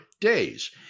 days